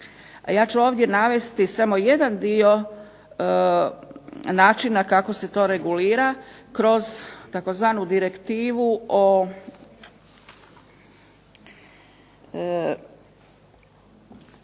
ja ću ovdje navesti samo jedan dio načina kako se to regulira kroz tzv. Direktivu o